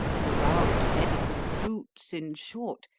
without edible fruits, in short,